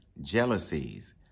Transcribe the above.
jealousies